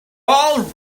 all